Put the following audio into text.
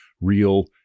real